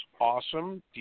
awesome